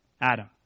Adam